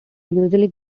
usually